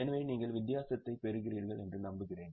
எனவே நீங்கள் வித்தியாசத்தைப் பெறுகிறீர்கள் என்று நம்புகிறேன்